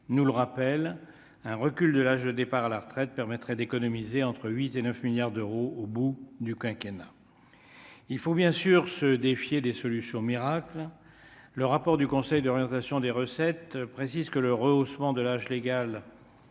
nous le rappelle un recul de l'âge de départ à la retraite permettrait d'économiser entre 8 et 9 milliards d'euros au bout du quinquennat il faut bien sûr se défier des solutions miracle, le rapport du conseil d'orientation des recettes précise que le rehaussement de l'âge légal